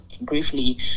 briefly